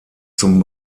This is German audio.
zum